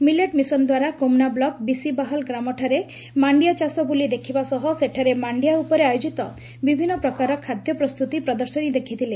millet mission ଦ୍ୱାରା Komna block Bisibahal ଗ୍ରାମଠାରେ ମାଣ୍ଡିଆ ଚାଷ ବୁଲି ଦେଖିବା ସହ ସେଠାରେ ମାଣ୍ଡିଆ ଉପରେ ଆୟୋଜିତ ବିଭିନ୍ନ ପ୍ରକାରର ଖାଦ୍ୟ ପ୍ରସ୍ତୁତି ପ୍ରଦର୍ଶନୀ ଦେଖଥଲେ